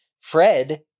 Fred